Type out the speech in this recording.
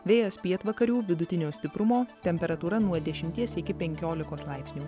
vėjas pietvakarių vidutinio stiprumo temperatūra nuo dešimties iki penkiolikos laipsnių